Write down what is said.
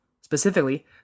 specifically